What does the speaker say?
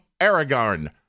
Aragorn